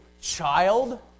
child